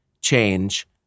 change